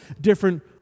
different